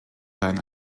sein